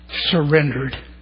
surrendered